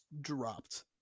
dropped